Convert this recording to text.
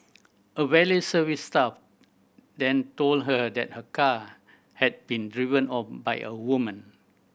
a valet service staff then told her that her car had been driven off by a woman